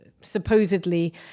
supposedly